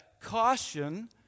caution